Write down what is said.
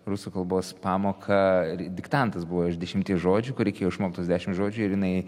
rusų kalbos pamoką ir diktantas buvo iš dešimtį žodžių ką reikėjo išmokt tuos dešimt žodžių ir jinai